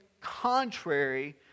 contrary